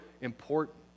important